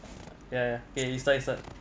ya ya you can start first